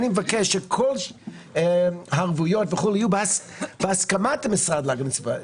אני מבקש שכל הערבויות וכו' יהיו בהסכמת המשרד להגנת הסביבה,